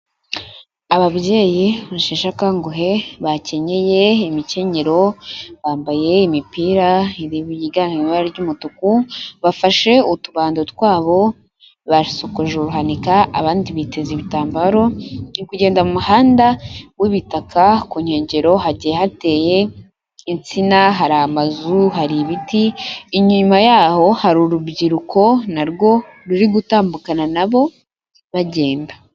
Ababyeyi basheshe akanguhe bakenyeye imikenyero, bambaye imipira yiganje mu ibara ry'umutuku, bafashe utubando twabo basokoje uruhanika, abandi biteza ibitambaro, bari kugenda mu muhanda w'ibitaka ku nkengero hagiye hateye insina, hari amazu, hari ibiti, inyuma yaho hari urubyiruko na rwo ruri gutandumbukana na bo bagenda.